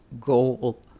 goal